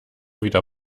wieder